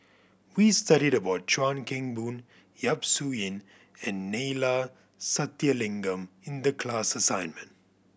we studied about Chuan Keng Boon Yap Su Yin and Neila Sathyalingam in the class assignment